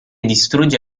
distrugge